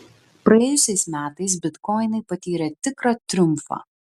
praėjusiais metais bitkoinai patyrė tikrą triumfą